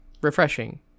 refreshing